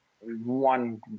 one